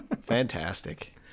Fantastic